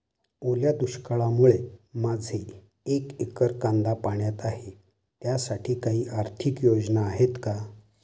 ओल्या दुष्काळामुळे माझे एक एकर कांदा पाण्यात आहे त्यासाठी काही आर्थिक योजना आहेत का?